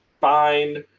fine.